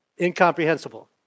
incomprehensible